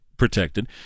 protected